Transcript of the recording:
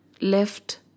left